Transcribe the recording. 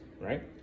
right